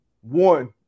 one